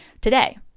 today